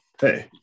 hey